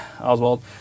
Oswald